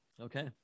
Okay